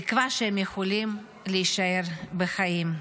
תקווה שהם יכולים להישאר בחיים.